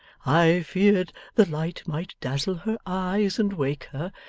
i feared the light might dazzle her eyes and wake her,